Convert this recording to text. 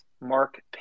Mark